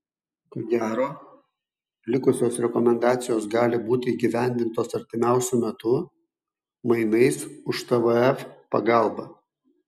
ko gero likusios rekomendacijos gali būti įgyvendintos artimiausiu metu mainais už tvf pagalbą